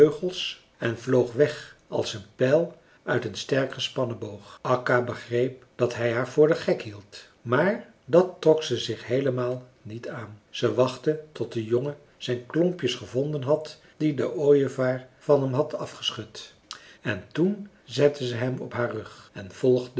en vloog weg als een pijl uit een sterk gespannen boog akka begreep dat hij haar voor den gek hield maar dat trok ze zich heelemaal niet aan ze wachtte tot de jongen zijn klompjes gevonden had die de ooievaar van hem had afgeschud en toen zette ze hem op haar rug en volgde